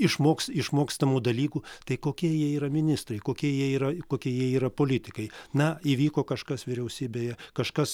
išmoks išmokstamų dalykų tai kokie jie yra ministrai kokie jie yra kokie jie yra politikai na įvyko kažkas vyriausybėje kažkas